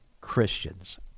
Christians